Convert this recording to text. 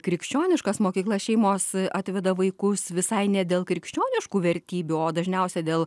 krikščioniškas mokyklas šeimos atveda vaikus visai ne dėl krikščioniškų vertybių o dažniausia dėl